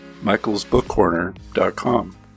Michael'sBookCorner.com